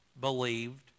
believed